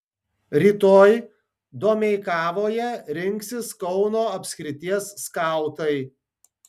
rytoj domeikavoje rinksis kauno apskrities skautai